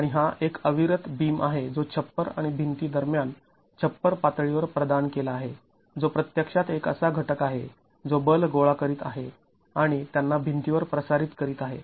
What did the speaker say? आणि हा एक अविरत बीम आहे जो छप्पर आणि भिंती दरम्यान छप्पर पातळीवर प्रदान केला आहे जो प्रत्यक्षात एक असा घटक आहे जो बल गोळा करीत आहे आणि त्यांना भिंतीवर प्रसारित करीत आहे